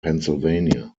pennsylvania